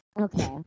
Okay